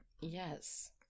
Yes